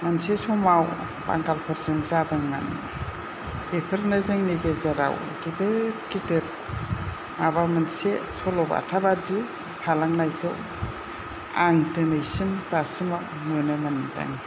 मोनसे समाव बांगालफोरजों जादोंमोन बेफोरनो जोंनि गेजेराव गिदोर गिदोर माबा मोनसे सल' बाथा बादि थालांनायखौ आं दोनैसिम दासिमाव नुनोमोन्दों